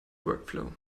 workflow